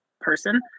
person